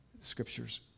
Scripture's